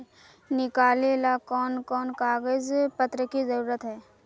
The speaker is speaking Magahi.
निकाले ला कोन कोन कागज पत्र की जरूरत है?